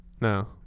No